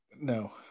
No